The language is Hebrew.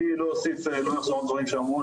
אני לא אחזור על דברים שאמרו.